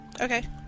Okay